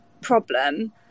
problem